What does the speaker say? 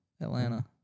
Atlanta